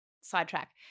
sidetrack